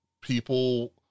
people